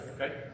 okay